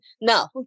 no